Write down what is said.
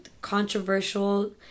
controversial